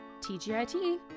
TGIT